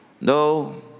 No